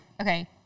Okay